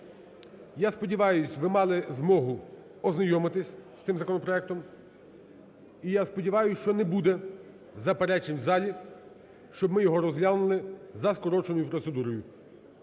Я сподіваюсь, ви мали змогу ознайомитися з тим законопроектом. І я сподіваюсь, що не буде заперечень в залі, щоб ми його розглянули за скороченою процедурою.